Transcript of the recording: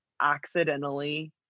accidentally